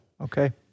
Okay